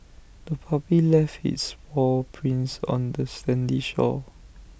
the puppy left its paw prints on the sandy shore